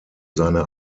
seine